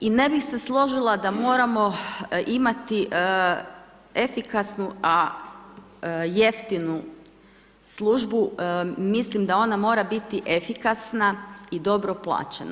I ne bih se složila da moramo imati efikasnu a jeftinu službu, mislim da ona mora biti efikasna i dobro plaćena.